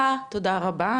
רבה.